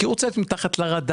כי הוא רוצה להיות מתחת לרדאר,